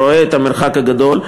רואה את המרחק הגדול.